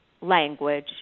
language